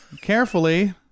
carefully